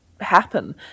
happen